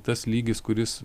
tas lygis kuris